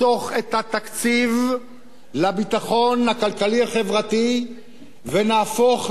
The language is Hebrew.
התקציב לביטחון הכלכלי-החברתי ונהפוך למדינה,